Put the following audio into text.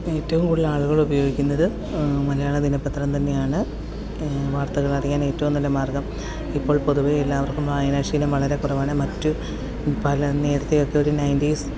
ഏറ്റവും കൂടുതലാളുകൾ ഉപയോഗിക്കുന്നത് മലയാള ദിനപ്പത്രം തന്നെയാണ് വാർത്തകൾ അറിയാൻ ഏറ്റവും നല്ല മാർഗ്ഗം ഇപ്പോൾ പൊതുവെ എല്ലാവർക്കും വായനാശീലം വളരെ കുറവാണ് മറ്റ് പല നേരത്തെയൊക്കെ ഒരു നൈൻറ്റീസ്